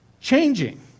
changing